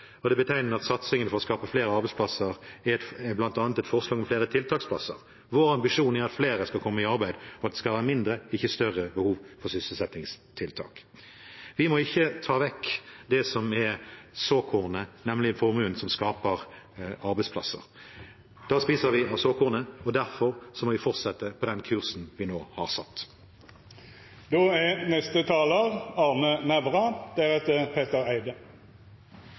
det er betegnende at satsingen for å skape flere arbeidsplasser bl.a. er et forslag om flere tiltaksplasser. Vår ambisjon er at flere skal komme i arbeid, og at det skal være mindre, ikke større behov for sysselsettingstiltak. Vi må ikke ta vekk det som er såkornet, nemlig formuen som skaper arbeidsplasser. Da spiser vi av såkornet, og derfor må vi fortsette på den kursen vi nå har satt. Jeg er ikke spesielt enig med forrige taler.